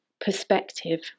perspective